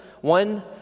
one